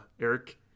Eric